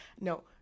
no